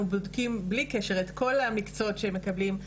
בודקים בלי קשר את כל המקצועות שהם מקבלים,